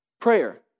prayer